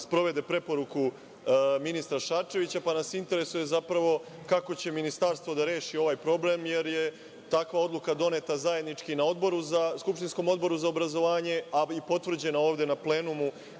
sprovede preporuku ministra Šarčevića, pa nas zapravo interesuje kako će Ministarstvo da reši ovaj problem, jer je takva odluka doneta zajednički na skupštinskom Odboru za obrazovanje, a i potvrđena ovde na plenumu,